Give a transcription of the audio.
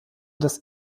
das